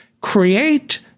Create